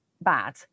bad